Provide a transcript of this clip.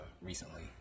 recently